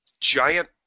giant